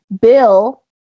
bill